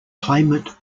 claimant